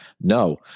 No